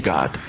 God